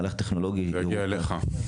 מהלך טכנולוגי --- יגיע אליך.